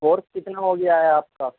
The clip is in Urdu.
اور کتنا ہو گیا ہے آپ کا